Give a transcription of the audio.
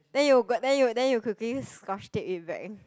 then you go then you then you quickly scotch tape it back